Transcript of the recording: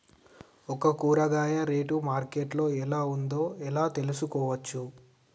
ఒక కూరగాయ rate market లో ఎలా ఉందో ఎలా తెలుసుకోవచ్చు?